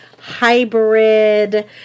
hybrid